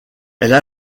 elles